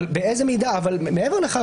ומעבר לכך,